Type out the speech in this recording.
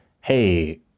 hey